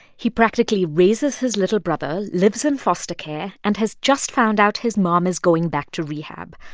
he practically raises his little brother, lives in foster care and has just found out his mom is going back to rehab.